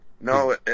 No